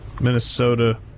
Minnesota